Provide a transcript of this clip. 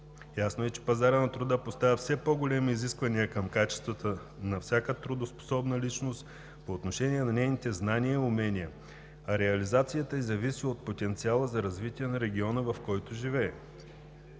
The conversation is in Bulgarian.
Ясно е, че пазарът на труда поставя все по-големи изисквания към качествата на всяка трудоспособна личност по отношение на нейните знания и умения, а реализацията ѝ зависи от потенциала за развитие на региона, в който живее.